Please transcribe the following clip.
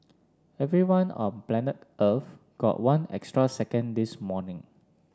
everyone on planet Earth got one extra second this morning